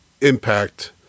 impact